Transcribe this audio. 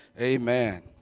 Amen